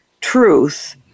truth